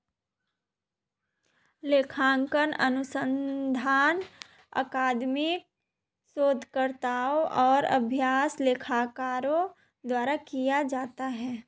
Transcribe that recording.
लेखांकन अनुसंधान अकादमिक शोधकर्ताओं और अभ्यास लेखाकारों द्वारा किया जाता है